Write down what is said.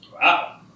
Wow